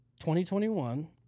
2021